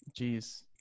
Jeez